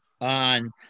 on